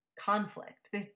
conflict